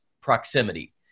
proximity